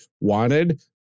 wanted